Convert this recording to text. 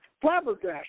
flabbergasted